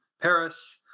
Paris